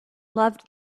loved